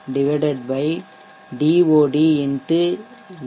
norm